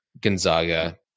Gonzaga